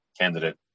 candidate